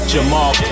Jamal